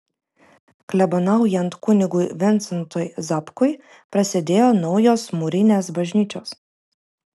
klebonaujant kunigui vincentui zapkui prasidėjo naujos mūrinės bažnyčios